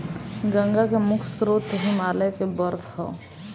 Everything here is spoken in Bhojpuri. गंगा के मुख्य स्रोत हिमालय के बर्फ ह